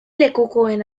lekukoen